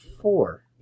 four